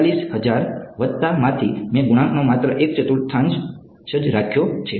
46000 વત્તામાંથી મેં ગુણાંકનો માત્ર એક ચતુર્થાંશ જ રાખ્યો છે